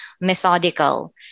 methodical